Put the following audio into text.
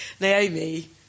naomi